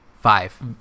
five